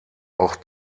auch